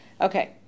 Okay